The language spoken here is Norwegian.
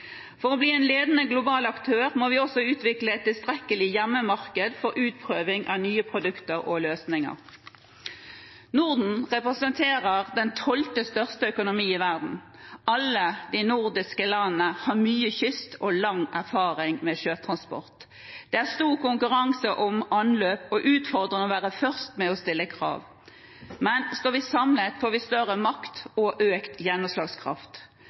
For å bli en ledende global aktør må vi også utvikle et tilstrekkelig hjemmemarked for utprøving av nye produkter og løsninger. Norden representerer den tolvte største økonomien i verden. Alle de nordiske landene har mye kyst og lang erfaring med sjøtransport. Det er stor konkurranse om anløp og utfordrende å være først med å stille krav. Men står vi samlet, får vi større makt og økt gjennomslagskraft.